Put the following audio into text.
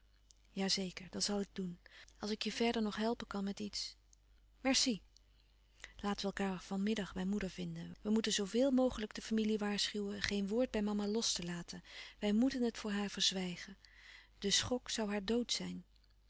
zeker dat zal ik doen als ik je verder nog helpen kan met iets merci laten we elkaâr van middag bij moeder vinden we moeten zoo veel mogelijk de familie waarschuwen geen woord bij mama los te laten wij moeten het voor haar verzwijgen de schok zoû haar dood zijn